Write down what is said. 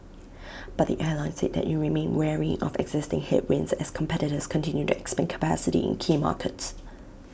but the airline said that IT remained wary of existing headwinds as competitors continue to expand capacity in key markets